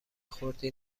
خردی